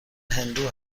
هندو